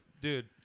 Dude